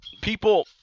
people